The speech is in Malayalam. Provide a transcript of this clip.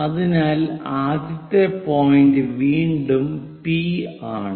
അതിനാൽ ആദ്യത്തെ പോയിന്റ് വീണ്ടും പി ആണ്